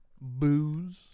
Booze